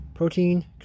protein